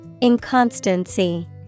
Inconstancy